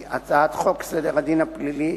הצעת חוק סדר הדין הפלילי